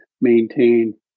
maintain